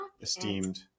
Esteemed